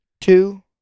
Two